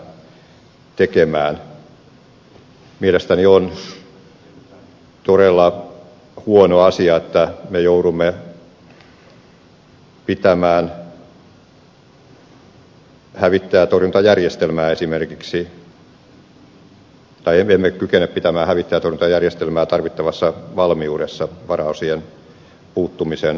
mielestäni on todella huono asia että esimerkiksi me emme kykene pitämään hävittäjätorjuntajärjestelmää tarvittavassa valmiudessa varaosien puuttumisen vuoksi